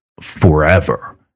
forever